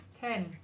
Ten